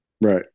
Right